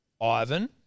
Ivan